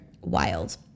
wild